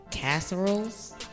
casseroles